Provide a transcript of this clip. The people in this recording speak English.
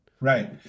Right